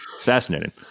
Fascinating